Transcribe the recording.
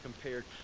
compared